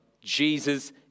Jesus